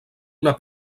una